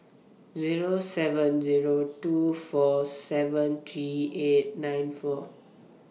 Zero seven Zero two four seven three eight nine four